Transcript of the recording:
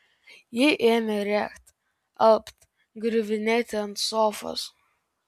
ji ėmė rėkt alpt griuvinėti ant sofos